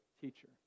teacher